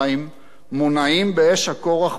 מונעים באש הכורח בשינוי.